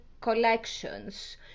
collections